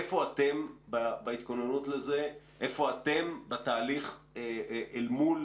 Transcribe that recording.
איפה אתם בהכנות לזה, איפה אתם בתהליך אל מול